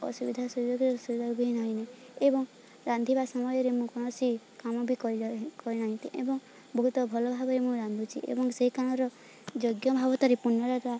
ଅସୁବିଧା ସୁଯୋଗ ସୁବିଧା ବି ନାହିଁ ନି ଏବଂ ରାନ୍ଧିବା ସମୟରେ ମୁଁ କୌଣସି କାମ ବି କରିନାହାନ୍ତି ଏବଂ ବହୁତ ଭଲ ଭାବରେ ମୁଁ ରାନ୍ଧୁଚି ଏବଂ ସେଇ କଣର ଯଜ୍ଞ ଭାବତରେ ପୁନରାଟା